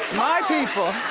my people.